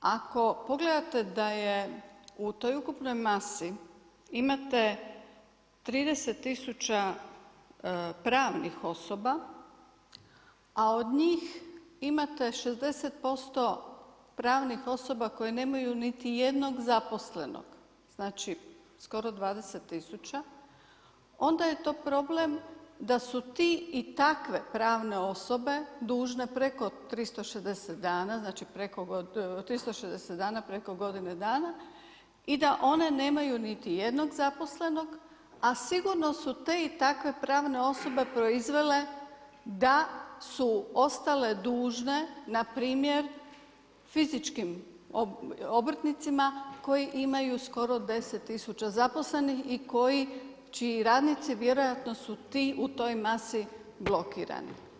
Ako pogledate da je u toj ukupnoj masi, imate 30000 pravnih osoba, a od njih imate 60% pravnih osoba koji nemaj niti jednog zaposlenog, znači, skoro 20000 onda je to problem, da su ti i takve pravne osobe dužne preko 360 dana, preko godine dana i da one nemaju niti jednog zaposlenog, a sigurno su te i takve pravne osobe proizvele da su ostale dužne, npr. fizičkim obrtnicima, koji imaju skor 10000 i koji, čiji radnici vjerojatno su ti u toj masi blokirani.